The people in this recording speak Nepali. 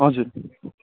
हजुर